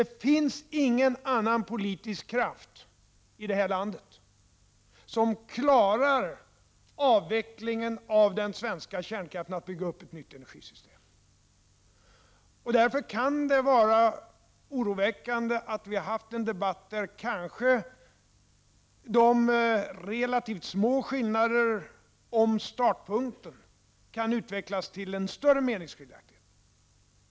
Det finns ingen annan politisk kraft i detta land som klarar att avveckla kärnkraften och bygga upp ett nytt energisystem. Det kan därför vara oroväckande att vi har haft en debatt där de relativt små skillnaderna när det gäller startpunkter kan utvecklas till större meningsskiljaktigheter.